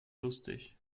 lustig